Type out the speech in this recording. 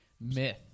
myth